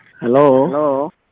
hello